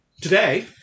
today